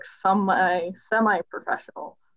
semi-professional